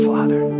Father